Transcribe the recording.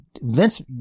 Vince